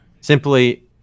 simply